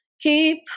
keep